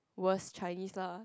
worst Chinese lah